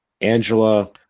Angela